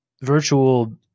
virtual –